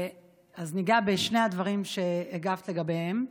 אז ניגע בשני הדברים שהגבת עליהם.